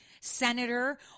senator